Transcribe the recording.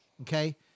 Okay